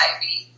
Ivy